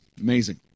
Amazing